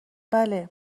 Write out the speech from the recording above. بله